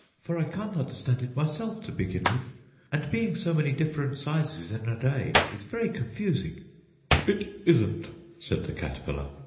for i can't understand it myself to begin with and being so many different sizes in a day is very confusing it isn't said the caterpillar.